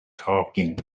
talking